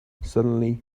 suddenly